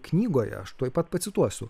knygoje aš tuoj pat pacituosiu